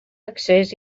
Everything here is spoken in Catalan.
accés